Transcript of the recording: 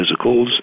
physicals